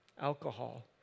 alcohol